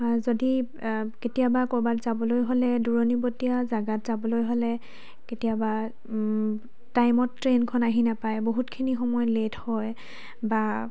যদি কেতিয়াবা ক'ৰবাত যাবলৈ হ'লে দূৰণিবটীয়া জাগাত যাবলৈ হ'লে কেতিয়াবা টাইমত ট্ৰেইনখন আহি নাপায় বহুতখিনি সময় লেট হয় বা